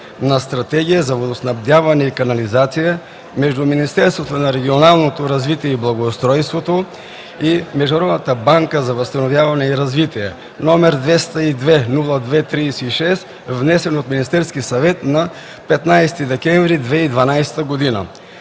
на Стратегия за водоснабдяване и канализация между Министерството на регионалното развитие и благоустройството и Международната банка за възстановяване и развитие, № 202-02-36, внесен от Министерския съвет на 15 декември 2012 г.